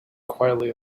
quietly